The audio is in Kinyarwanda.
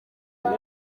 uyu